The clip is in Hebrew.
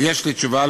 יש לי תשובה,